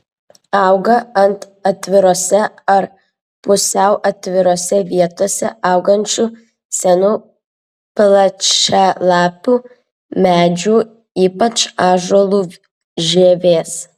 auga ant atvirose ar pusiau atvirose vietose augančių senų plačialapių medžių ypač ąžuolų žievės